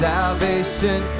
Salvation